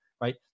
right